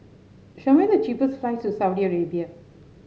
show me the cheapest flights to Saudi Arabia